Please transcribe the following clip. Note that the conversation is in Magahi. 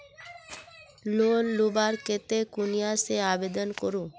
लोन लुबार केते कुनियाँ से आवेदन करूम?